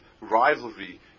rivalry